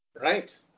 Right